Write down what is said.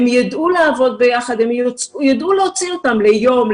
הם יידעו לעבוד ביחד והם יידעו להוציא אותם ליום,